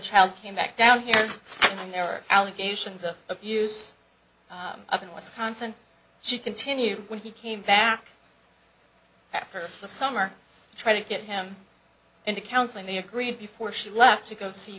child came back down here and there were allegations of abuse up in wisconsin she continued when he came back after the summer to try to get him into counseling they agreed before she left to go see